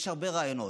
יש הרבה רעיונות.